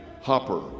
Hopper